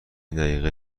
دقیقه